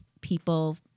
people